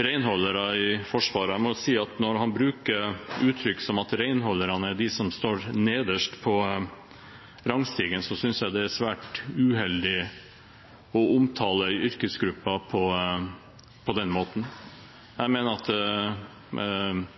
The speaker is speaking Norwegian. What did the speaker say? renholdere i Forsvaret. Når han uttrykker at renholderne er de som står nederst på rangstigen, synes jeg det er svært uheldig å omtale en yrkesgruppe på den måten. Jeg mener at